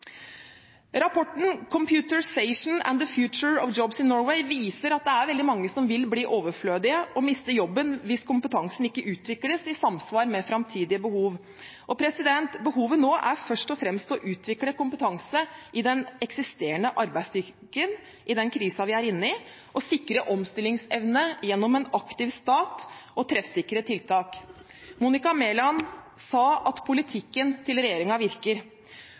Rapporten «Computerization and the Future of Jobs i Norway» viser at det er veldig mange som vil bli overflødige og miste jobben hvis kompetansen ikke utvikles i samsvar med framtidige behov. Og behovet nå er først og fremst å utvikle kompetanse i den eksisterende arbeidsstyrken i den krisen vi er inne i, og sikre omstillingsevne gjennom en aktiv stat og treffsikre tiltak. Monica Mæland sa at politikken til regjeringen virker.